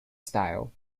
style